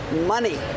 money